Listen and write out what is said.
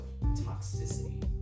toxicity